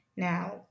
Now